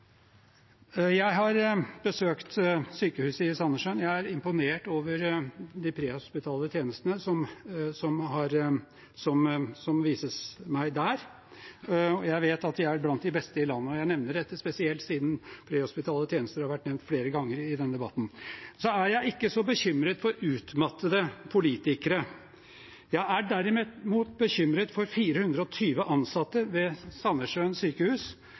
Jeg har besøkt sykehuset i Sandnessjøen. Jeg er imponert over de prehospitale tjenestene som ble vist meg der, og jeg vet at de er blant de beste i landet. Jeg nevner dette spesielt siden prehospitale tjenester har vært nevnt flere ganger i denne debatten. Jeg er ikke så bekymret for utmattede politikere. Jeg er derimot bekymret for 420 ansatte ved Sandnessjøen sykehus,